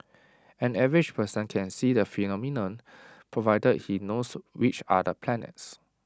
an average person can see the phenomenon provided he knows which are the planets